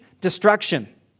destruction